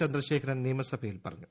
ചന്ദ്രശേഖരൻ നിയമസഭയിൽ പറഞ്ഞു